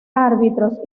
árbitros